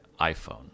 iPhone